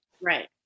Right